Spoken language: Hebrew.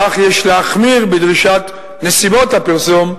כך יש להחמיר בדרישת נסיבות הפרסום",